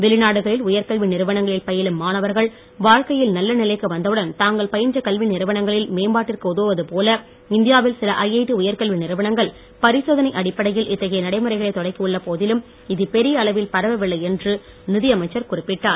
வெளிநாடுகளில் உயர்கல்வி நிறுவங்களில் பயிலும் மாணவர்கள் வாழ்க்கையில் நல்ல நிலைக்கு வந்தவுடன் தாங்கள் பயின்ற கல்வி நிறுவனங்களின் மேம்பாட்டிற்கு உதவுவது போல இந்தியாவில் சில ஐஐடி உயர்கல்வி நிறுவங்கள் பரிசோதனை அடிப்படையில் இத்தகைய நடைமுறைகளை தொடக்கியுள்ள போதிலும் இது பெரிய அளவில் பரவவில்லை என்றும் நிதியமைச்சர் குறிப்பிட்டார்